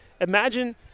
imagine